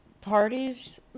parties